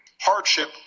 hardship